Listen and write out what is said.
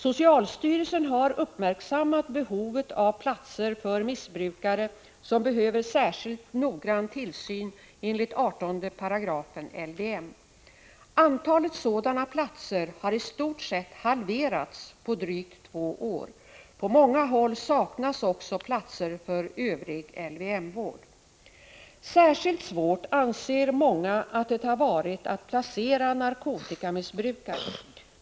Socialstyrelsen har uppmärksammat behovet av platser för missbrukare som behöver särskilt noggrann tillsyn enligt 18 § LVM. Antalet sådana platser har i stort sett halverats på drygt två år. På många håll saknas Särskilt svårt anser många att det har varit att placera narkotikamissbrukare.